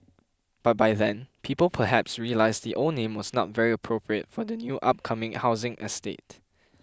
but by then people perhaps realised the old name was not very appropriate for the new upcoming housing estate